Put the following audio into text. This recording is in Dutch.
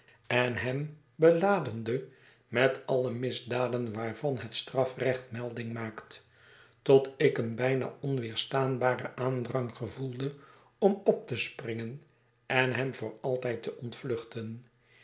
en hem beladende met alle misdaden waarvan het strafrecht melding maakt tot ik een bijna onweerstaanbaren aandrang ge voelde om op te springen en hem voor altijd te ontvluchten